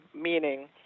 meaning